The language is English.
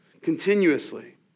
continuously